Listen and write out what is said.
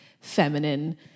feminine